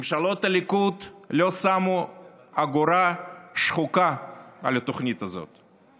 ממשלות הליכוד לא שמו אגורה שחוקה על התוכנית הזאת.